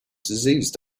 disease